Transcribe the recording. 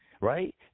Right